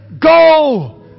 go